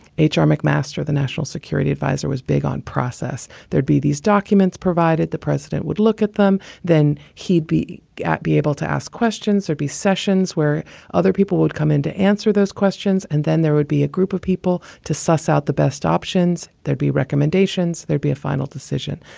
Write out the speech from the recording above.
h r. mcmaster, the national security adviser, was big on process. there'd be these documents provided the president would look at them. then he'd be at be able to ask questions or be sessions where other people would come in to answer those questions. and then there would be a group of people to suss out the best options. there'd be recommendations. there'd be a final decision.